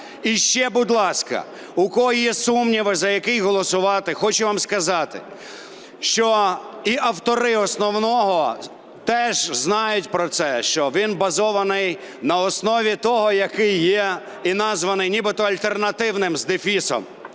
І ще, будь ласка, у кого є сумніви, за який голосувати, хочу вам сказати, що і автори основного теж знають про це, що він базований на основі того, який є, і названий нібито альтернативним, з дефісом,